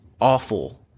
awful